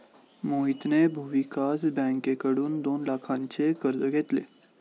मोहितने भूविकास बँकेकडून दोन लाखांचे कर्ज घेतले